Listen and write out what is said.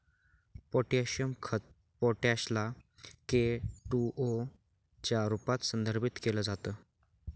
potassium खत potash ला K two O च्या रूपात संदर्भित केल जात